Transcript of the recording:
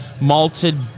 malted